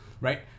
Right